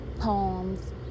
poems